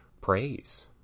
praise